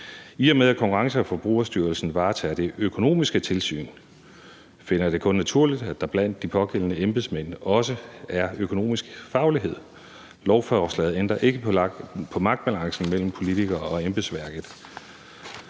I og med at Konkurrence- og Forbrugerstyrelsen varetager det økonomiske tilsyn, finder jeg det kun naturligt, at der blandt de pågældende embedsmænd også er en økonomisk faglighed. Lovforslaget ændrer ikke på magtbalancen mellem politikere og embedsværk.